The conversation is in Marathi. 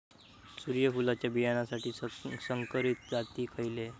सूर्यफुलाच्या बियानासाठी संकरित जाती खयले?